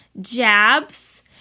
jabs